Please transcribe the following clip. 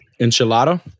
enchilada